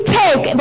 take